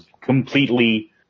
completely